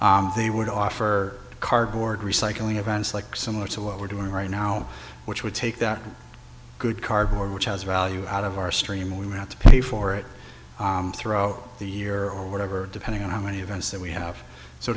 they would offer cardboard recycling events like similar to what we're doing right now which would take that good cardboard which has value out of our stream or we have to pay for it throughout the year or whatever depending on how many events that we have so